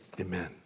amen